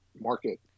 market